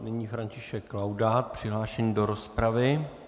Nyní František Laudát přihlášený do rozpravy.